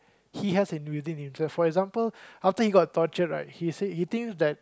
he has in within himself for example after he got tortured right he say he thinks that